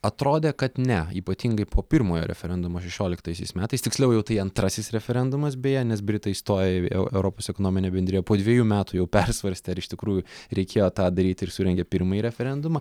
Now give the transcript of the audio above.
atrodė kad ne ypatingai po pirmojo referendumo šešioliktaisiais metais tiksliau jau tai antrasis referendumas beje nes britai įstoję į eu europos ekonominę bendriją po dvejų metų jau persvarstė ar iš tikrųjų reikėjo tą daryt ir surengė pirmąjį referendumą